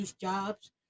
jobs